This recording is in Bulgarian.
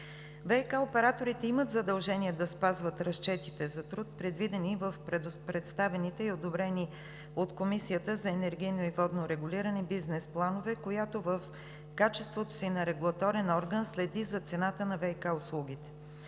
ВиК операторите имат задължения да спазват разчетите за труд, предвидени в представените и одобрени от Комисията за енергийно и водно регулиране бизнес планове, която в качеството си на регулаторен орган следи за цената на ВиК услугите.